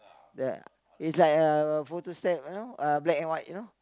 the it's like a photo step you know black and white you know